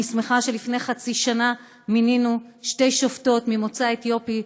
אני שמחה שלפני חצי שנה מינינו שתי שופטות ממוצא אתיופי,